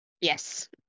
Yes